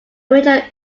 major